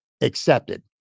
accepted